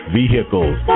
vehicles